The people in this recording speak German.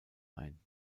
ein